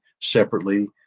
separately